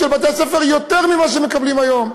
של בתי-הספר יותר ממה שהם מקבלים היום.